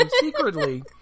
secretly